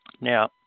now